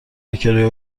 کرایه